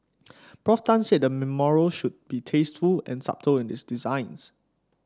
Prof Tan said the memorial should be tasteful and subtle in its design